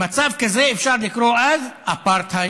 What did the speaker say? למצב כזה אפשר לקרוא אז אפרטהייד.